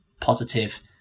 positive